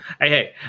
Hey